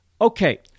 Okay